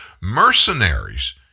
mercenaries